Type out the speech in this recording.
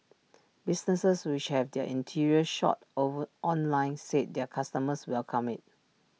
businesses which have their interior shots over online said their customers welcome IT